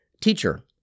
Teacher